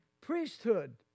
priesthood